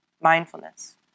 mindfulness